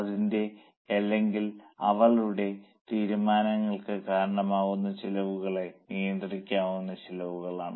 അവന്റെ അല്ലെങ്കിൽ അവളുടെ തീരുമാനങ്ങൾക്ക് കാരണമാകുന്ന ചെലവുകളാണ് നിയന്ത്രിക്കാവുന്ന ചിലവ്